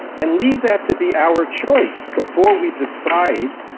and leave that to be our choice before we decide.